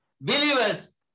Believers